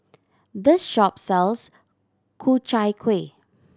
this shop sells Ku Chai Kuih